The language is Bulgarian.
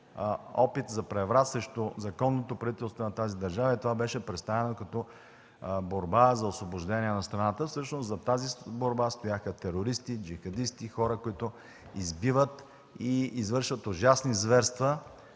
опит за преврат срещу законното правителство на тази държава и това беше представено като борба за освобождение на страната. А всъщност зад тази борба стояха терористи, джихадисти, хора, които избиват и извършват ужасни зверства,